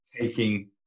taking